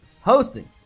hosting